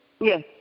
Yes